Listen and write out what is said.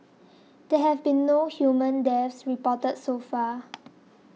there have been no human deaths reported so far